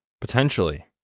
Potentially